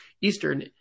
Eastern